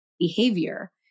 behavior